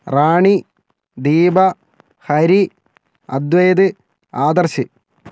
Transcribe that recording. Rani Deepa Hari Advait Adarsh